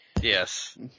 Yes